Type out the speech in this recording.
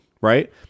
right